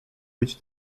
być